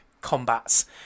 combats